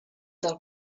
del